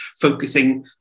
focusing